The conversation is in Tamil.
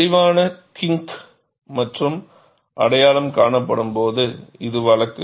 தெளிவான கின்க் மற்றும் அடையாளம் காணப்படும்போது இது வழக்கு